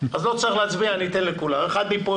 אז לא צריך להצביע אני אתן לכולם אחד מפה,